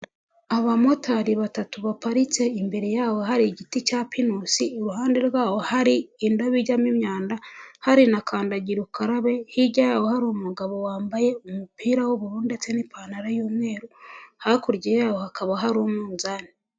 Abamotari batatu baparitse, imbere yaho hari igiti cya pinusi, iruhande rwaho hari indobo ijyamo imyanda, hari na kandagira ukarabe, hirya yabo hari umugabo wambaye umupira w'ubururu ndetse n'ipantaro y'umweru, hakurya yabo hakaba hari umunzani.